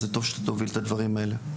זה טוב שאתה תוביל את הדברים האלה.